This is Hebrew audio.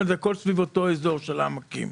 כשהכל סביב אותו אזור של העמקים.